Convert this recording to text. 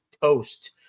toast